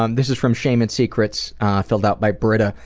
um this is from shame and secrets filled out by brita,